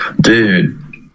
dude